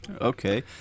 Okay